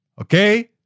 Okay